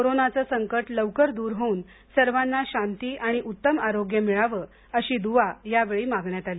कोरोनाचं संकट लवकर दुर होऊन सर्वांना शांती उत्तम आरोग्य मिळावे अशी दुवा यावेळी मागण्यात आली